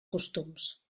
costums